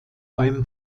beim